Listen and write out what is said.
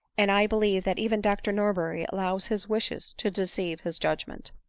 and i believe that even dr norberry allows his wishes to deceive his judgment.